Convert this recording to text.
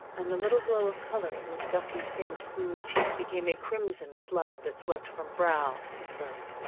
and the little glow of color in miss gussic fink's smooth cheek became a crimson flood that swept from brow to throat.